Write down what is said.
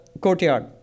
courtyard